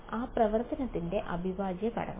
ആ പ്രവർത്തനത്തിന്റെ അവിഭാജ്യഘടകം